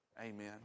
amen